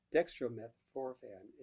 Dextromethorphan